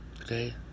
Okay